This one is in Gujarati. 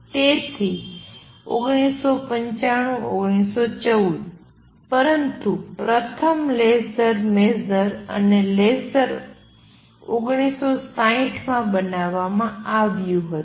તેથી ૧૯૧૫ ૧૯૧૪ પરંતુ પ્રથમ લેસર મેજર અને લેસર ૧૯૬૦ માં બનાવવામાં આવ્યું હતું